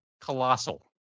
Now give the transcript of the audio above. Colossal